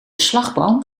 slagboom